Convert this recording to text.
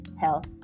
health